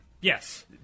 Yes